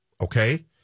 okay